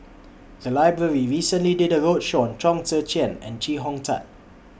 The Library recently did A roadshow on Chong Tze Chien and Chee Hong Tat